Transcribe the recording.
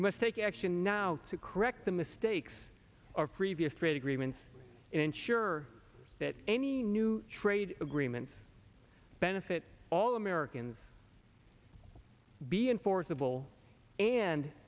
must take action now to correct the mistakes of previous trade agreements ensure that any new trade agreements benefit all americans be enforceable and